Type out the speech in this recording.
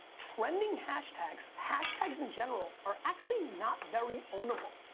trending hashtags, hashtags in general, are actually not very own-able.